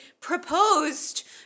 proposed